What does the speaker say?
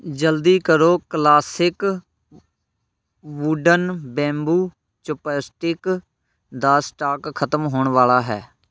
ਜਲਦੀ ਕਰੋ classic wooden bamboo chopstick ਦਾ ਸਟਾਕ ਖਤਮ ਹੋਣ ਵਾਲਾ ਹੈ